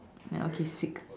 then okay sick